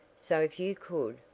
so if you could,